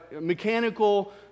mechanical